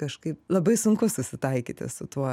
kažkaip labai sunku susitaikyti su tuo